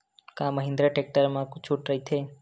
का महिंद्रा टेक्टर मा छुट राइथे?